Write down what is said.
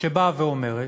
שבאה ואומרת: